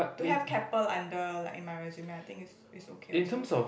to have Keppel under like in my resume I think it's okay also